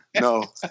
no